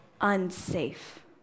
unsafe